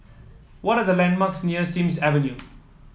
what are the landmarks near Sims Avenue